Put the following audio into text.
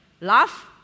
Laugh